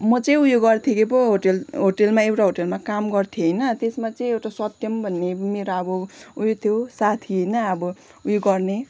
म चाहिँ उयो गर्थेँ के पो होटल होटलमा एउटा होटलमा काम गर्थेँ होइन त्यसमा चाहिँ एउटा सत्यम भन्ने मेरो अब उयो थियो साथी होइन अब उयो गर्ने